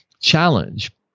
challenge